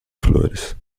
flores